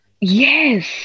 Yes